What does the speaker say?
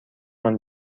مان